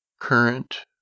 current